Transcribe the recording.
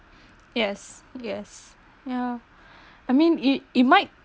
yes yes ya I mean it it might